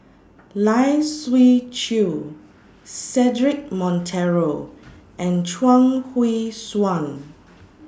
Lai Siu Chiu Cedric Monteiro and Chuang Hui Tsuan